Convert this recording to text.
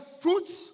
fruits